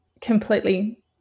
completely